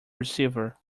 receiver